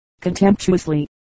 contemptuously